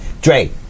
Dre